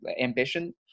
ambition